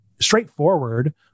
straightforward